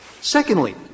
Secondly